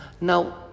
Now